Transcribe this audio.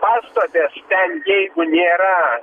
pastotės ten jeigu nėra